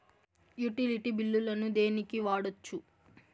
Utility బిల్లులను దేనికి వాడొచ్చు?